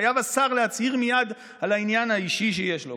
חייב השר להצהיר מייד על העניין האישי שיש לו".